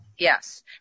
Yes